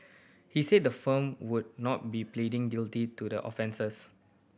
he said the firm would not be pleading guilty to the offences